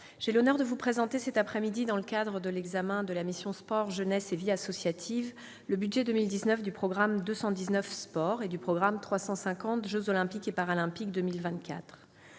j'ai l'honneur de vous présenter cet après-midi, dans le cadre de l'examen de la mission « Sport, jeunesse et vie associative », le budget pour 2019 du programme 219, « Sport » et du programme 350 « Jeux olympiques et paralympiques 2024